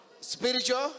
spiritual